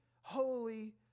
holy